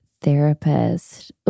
therapist